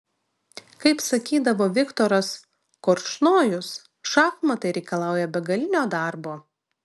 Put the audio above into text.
kaip sakydavo viktoras korčnojus šachmatai reikalauja begalinio darbo